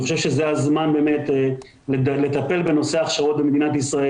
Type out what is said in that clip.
אני חושב שזה הזמן לטפל בנושא ההכשרות במדינת ישראל.